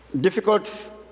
Difficult